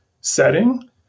setting